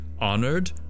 honored